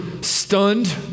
stunned